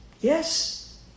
Yes